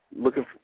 looking